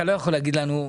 אתה לא יכול להגיד לנו: